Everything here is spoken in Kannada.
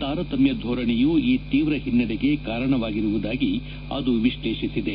ತಾರತಮ್ಯ ಧೋರಣೆಯೂ ಈ ತೀವ್ರ ಹಿನ್ನಡೆಗೆ ಕಾರಣವಾಗಿವುರುದಾಗಿ ಅದು ವಿಶ್ಲೇಷಿಸಿದೆ